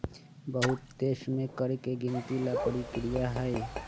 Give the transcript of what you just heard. बहुत देश में कर के गिनती ला परकिरिया हई